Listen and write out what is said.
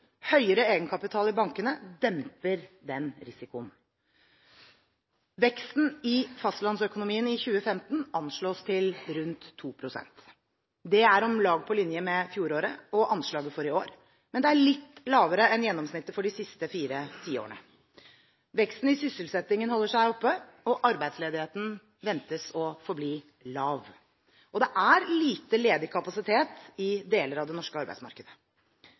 Høyere egenkapital i bankene demper den risikoen. Veksten i fastlandsøkonomien i 2015 anslås til rundt 2 pst. Det er om lag på linje med fjoråret og anslaget for i år, men det er litt lavere enn gjennomsnittet for de siste fire tiårene. Veksten i sysselsettingen holder seg oppe, og arbeidsledigheten ventes å forbli lav. Det er lite ledig kapasitet i deler av det norske arbeidsmarkedet.